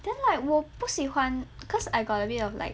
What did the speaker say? then like 我不喜欢 cause I got a bit of like